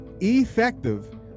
effective